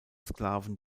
sklaven